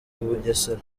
bugesera